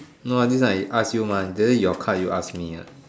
no this one I ask you mah just now your card you ask me ah